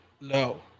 no